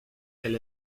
elle